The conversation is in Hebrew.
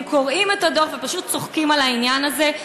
הם קורעים את הדוח, ופשוט צוחקים על העניין הזה.